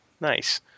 Nice